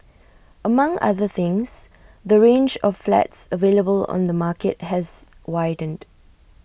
among other things the range of flats available on the market has widened